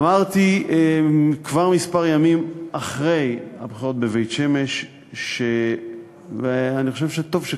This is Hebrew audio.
אמרתי כבר כמה ימים אחרי הבחירות בבית-שמש שאני חושב שטוב כך,